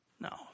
No